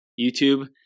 YouTube